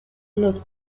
los